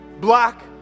black